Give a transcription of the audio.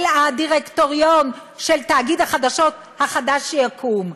הדירקטוריון של תאגיד החדשות החדש שיקום.